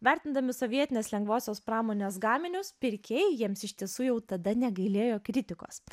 vertindami sovietinės lengvosios pramonės gaminius pirkėjai jiems iš tiesų jau tada negailėjo kritikos